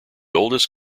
oldest